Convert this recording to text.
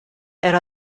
era